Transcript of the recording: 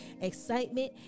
excitement